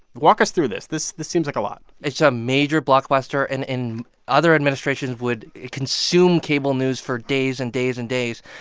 walk us through this. this this seems like a lot it's a major blockbuster and, in other administrations, would consume cable news for days and days and days.